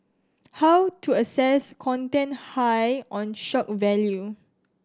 how to assess content high on shock value